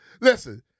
listen